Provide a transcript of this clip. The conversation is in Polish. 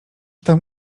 tam